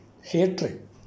hatred